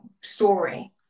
story